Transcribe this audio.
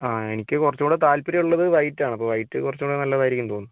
ആ എനിക്ക് കുറച്ച് കൂടെ താൽപ്പര്യം ഉള്ളത് വൈറ്റാണ് അപ്പോൾ വൈറ്റ് കുറച്ച് കൂടെ നല്ലത് ആയിരിക്കുമെന്ന് തോന്നുന്നു